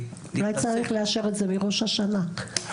אולי צריך לאשר את זה מראש השנה.